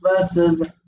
versus